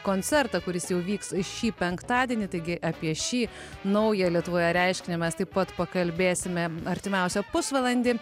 koncertą kuris jau vyks šį penktadienį taigi apie šį naują lietuvoje reiškinį mes taip pat pakalbėsime artimiausią pusvalandį